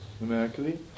numerically